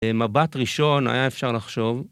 מבט ראשון היה אפשר לחשוב.